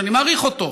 שאני מעריך אותו,